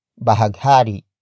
bahaghari